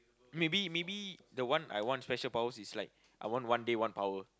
maybe maybe the one I want special powers is like I want one day one power